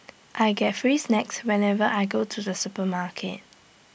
I get free snacks whenever I go to the supermarket